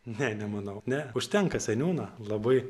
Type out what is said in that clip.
ne nemanau ne užtenka seniūno labai